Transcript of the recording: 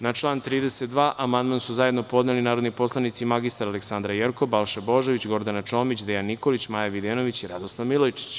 Na član 32. amandman su zajedno podneli narodni poslanici mr Aleksandra Jerkov, Balša Božović, Gordana Čomić, Dejan Nikolić, Maja Videnović i Radoslav Milojičić.